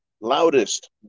loudest